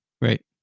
right